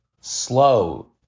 Slow